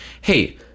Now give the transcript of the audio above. hey